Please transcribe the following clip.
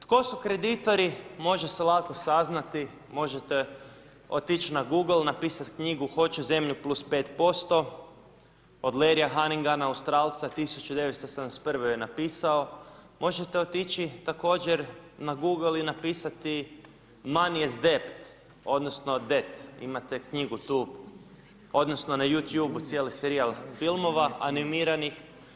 Tko su kreditori, može se lako saznati, možete otići na google, napisati knjigu Hoću zemlju +5% od Leria Hanginga, Australca, 1971.-e ju je napisao, možete otići također na google i napisati Mani is zdept odnosno det, imate knjigu tu, odnosno na youtube cijeli serijal filmova animiranih.